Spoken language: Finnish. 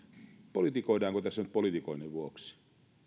politikoidaanko tässä nyt politikoinnin vuoksi